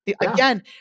again